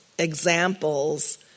Examples